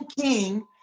king